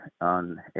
on